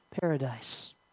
paradise